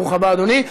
ברוך הבא, אדוני.